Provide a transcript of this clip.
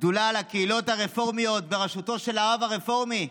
השדולה לקהילות הרפורמיות בראשותו של הרב הרפורמי.